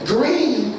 Green